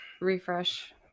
refresh